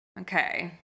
okay